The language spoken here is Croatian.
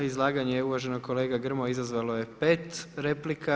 Izlaganje uvaženog kolege Grmoje izazvalo je pet replika.